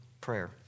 prayer